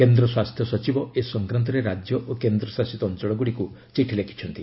କେନ୍ଦ୍ର ସ୍ୱାସ୍ଥ୍ୟ ସଚିବ ଏ ସଂକ୍ରାନ୍ତରେ ରାଜ୍ୟ ଓ କେନ୍ଦ୍ରଶାସିତ ଅଞ୍ଚଳଗୁଡ଼ିକୁ ଚିଠି ଲେଖିଛନ୍ତି